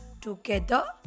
together